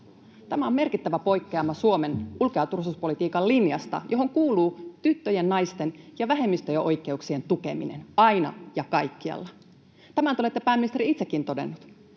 Tämä on merkittävä poikkeama Suomen ulko- ja turvallisuuspolitiikan linjasta, johon kuuluu tyttöjen, naisten ja vähemmistöjen oikeuksien tukeminen aina ja kaikkialla. Tämän te olette, pääministeri, itsekin todennut,